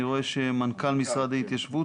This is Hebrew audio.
אני רואה את מנכ"ל משרד ההתיישבות,